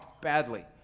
badly